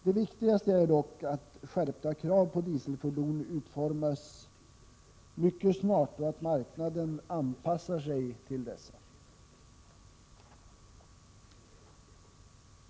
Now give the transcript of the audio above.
Det viktigaste är dock att skärpta krav på dieselfordon utformas mycket snart och att marknaden anpassar sig till dessa.